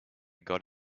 got